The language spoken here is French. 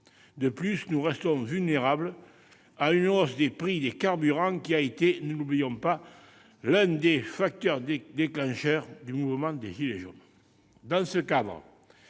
De plus, nous restons vulnérables à une hausse des prix des carburants, qui a été, ne l'oublions pas, l'un des facteurs déclencheurs du mouvement des « gilets jaunes